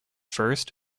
first